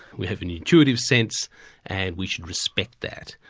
we have an intuitive sense and we should respect that.